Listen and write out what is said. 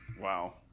Wow